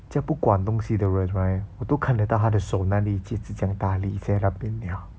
这样不管东西的人 right 我都看得到他的手那里戒指这样大粒在那边了